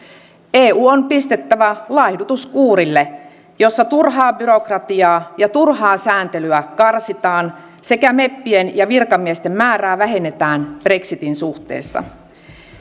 eu on pistettävä laihdutuskuurille jossa turhaa byrokratiaa ja turhaa sääntelyä karsitaan sekä meppien ja virkamiesten määrää vähennetään brexitin suhteessa